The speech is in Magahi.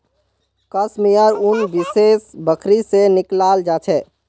कश मेयर उन विशेष बकरी से निकलाल जा छे